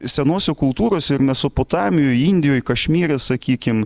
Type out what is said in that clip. senose kultūrose ir mesopotamijoj indijoj kašmyre sakykim